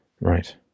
Right